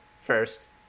first